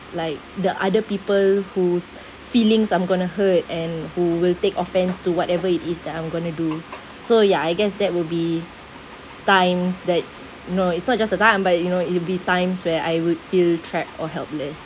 like the other people who's feelings I'm going to hurt and who will take offense to whatever it is that I'm going to do so ya I guess that will be times that no it's not just the time but you know it'll be times where I would feel trapped or helpless